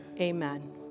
amen